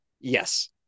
Yes